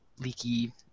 leaky